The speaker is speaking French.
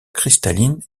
cristalline